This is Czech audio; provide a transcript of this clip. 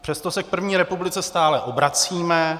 Přesto se k první republice stále obracíme.